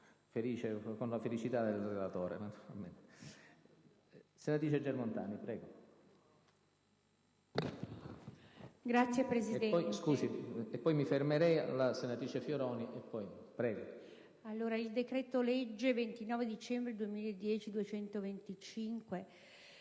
Il decreto-legge 29 dicembre 2010, n.